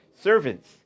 servants